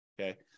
Okay